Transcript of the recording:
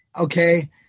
Okay